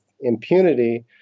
impunity